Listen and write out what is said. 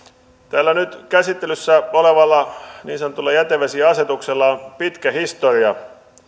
täällä nyt käsittelyssä olevalla niin sanotulla jätevesiasetuksella on pitkä historia